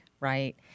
Right